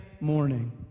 morning